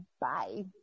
Bye